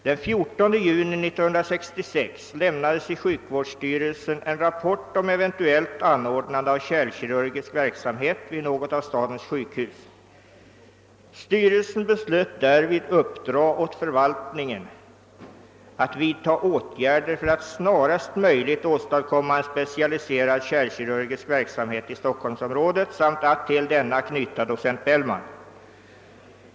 Den 14 juni 1966 lämnades i sjukvårdsstyrelsen en rapport om eventuellt anordnande av kärlkirurgisk verksamhet vid något av stadens sjukhus. Styrelsen beslöt därvid uppdraga åt förvaltningen att vidta åtgärder för alt snarast möjligt åstadkomma en specialiserad kärlkirurgisk verksamhet i stockholmsområdet samt att till denna knyta docent Bellman.